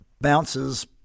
bounces